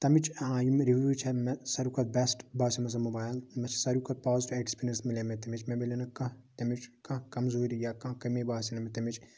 تیٚمِچ یِم رِوِوٕز چھَ مےٚ سارِوٕے کھۄتہٕ بیٚسٹ باسیٚو مےٚ سُہ موبایل یٔمِس سارِوٕے کھۄتہٕ پازِٹِو ایٚکسپیریَنس میلے مےٚ تیٚمِچ مےٚ میلیٚو نہٕ کانٛہہ تَمِچ کانٛہہ کَمزوٗری یا کانٛہہ کمی باسے نہٕ مےٚ تیٚمِچ